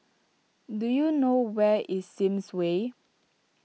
do you know where is Sims Way